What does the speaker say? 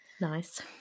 Nice